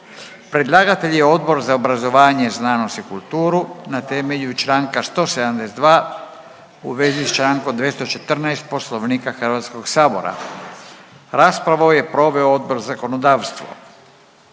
Predlagatelj je Odbor za obrazovanje znanost i kulturu, na temelju čl. 172 u vezi s čl. 214. Poslovnika Hrvatskog sabora. Raspravu je proveo Odbor za zakonodavstvo.